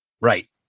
Right